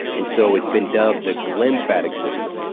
and so it's been dubbed the glymphatic system.